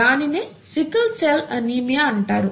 దానినే sickle cell anaemia అంటారు